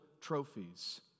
trophies